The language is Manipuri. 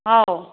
ꯍꯥꯎ